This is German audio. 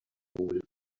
wohl